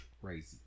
Crazy